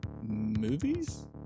Movies